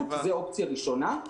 זו אופציה ראשונה.